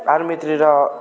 आर्मीतिर